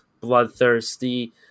bloodthirsty